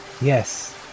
Yes